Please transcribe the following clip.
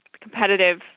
competitive